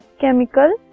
chemical